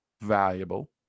valuable